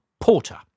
Porter